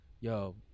yo